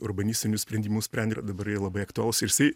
urbanistinių sprendimų sprendė ir dabar jie labai aktualūs ir jisai